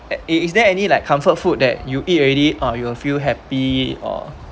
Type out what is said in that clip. is is there any like comfort food that you eat already ah you will feel happy or